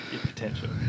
Potential